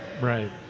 right